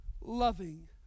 loving